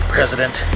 President